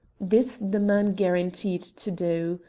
this the man guaranteed to do.